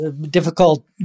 difficult